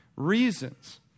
reasons